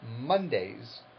Mondays